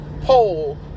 poll